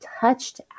touched